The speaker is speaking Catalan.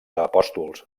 apòstols